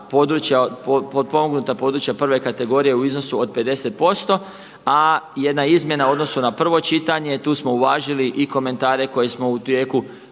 područja, potpomognuta područja prve kategorije u iznosu od 50%, a jedna izmjena u odnosu na prvo čitanje tu smo uvažili i komentare koje smo u tijeku